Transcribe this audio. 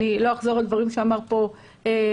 לא אחזור על דברים שאמר פה חברי.